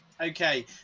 okay